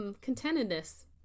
contentedness